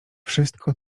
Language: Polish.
wszystko